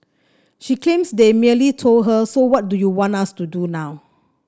she claims they merely told her so what do you want us to do now